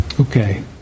okay